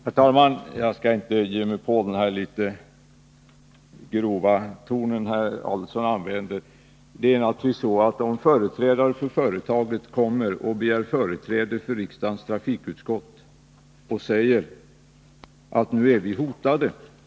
Herr talman! Jag skall inte falla in i den litet grova ton som präglade herr Adelsohns anförande. Representanter för företaget har begärt företräde hos riksdagens trafikutskott och sagt att deras företag nu är hotat.